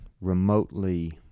remotely